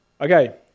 Okay